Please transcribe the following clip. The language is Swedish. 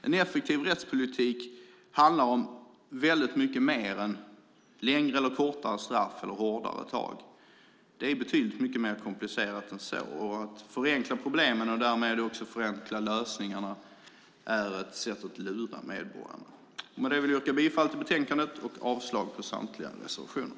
En effektiv rättspolitik handlar om mycket mer än bara längre eller kortare straff och hårdare tag. Det är mycket mer komplicerat än så. Att förenkla problemen och därmed förenkla lösningarna är att lura medborgarna. Med detta vill jag yrka bifall till utskottets förslag i betänkandet och avslag på samtliga reservationer.